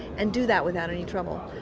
and do that without any trouble.